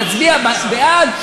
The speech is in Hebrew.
נצביע בעד,